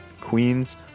Queens